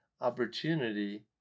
opportunity